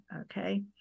Okay